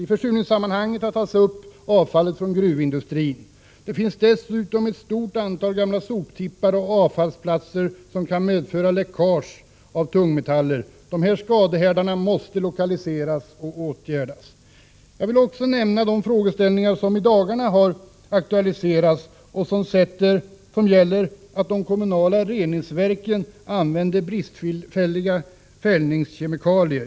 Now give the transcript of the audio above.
I försurningssammanhanget har också avfallet från gruvindustrin tagits upp. Det finns dessutom ett stort antal gamla soptippar och avfallsplatser som kan orsaka läckage av tungmetaller. Dessa skadehärdar måste lokaliseras och bli föremål för åtgärder. Jag vill också nämna en frågeställning som i dagarna har aktualiserats, nämligen detta att kommunala reningsverk använder bristfälliga fällningskemikalier.